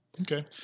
okay